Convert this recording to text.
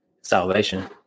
salvation